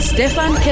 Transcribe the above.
Stefan